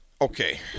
okay